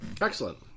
excellent